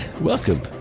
Welcome